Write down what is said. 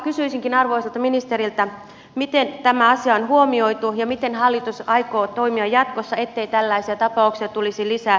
kysyisinkin arvoisalta ministeriltä miten tämä asia on huomioitu ja miten hallitus aikoo toimia jatkossa ettei tällaisia tapauksia tulisi lisää